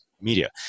media